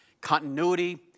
continuity